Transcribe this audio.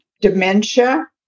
dementia